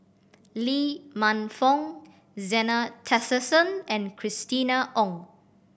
Lee Man Fong Zena Tessensohn and Christina Ong